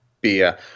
beer